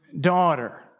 daughter